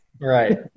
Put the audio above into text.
right